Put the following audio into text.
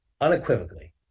unequivocally